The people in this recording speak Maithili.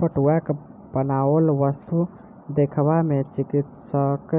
पटुआक बनाओल वस्तु देखबा मे चित्तकर्षक